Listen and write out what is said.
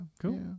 Cool